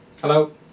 Hello